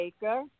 Baker